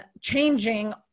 changing